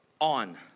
on